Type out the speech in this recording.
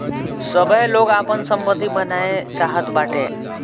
सबै लोग आपन सम्पत्ति बनाए चाहत बाटे